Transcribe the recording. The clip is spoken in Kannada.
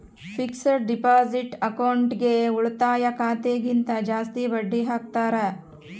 ಫಿಕ್ಸೆಡ್ ಡಿಪಾಸಿಟ್ ಅಕೌಂಟ್ಗೆ ಉಳಿತಾಯ ಖಾತೆ ಗಿಂತ ಜಾಸ್ತಿ ಬಡ್ಡಿ ಹಾಕ್ತಾರ